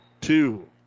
two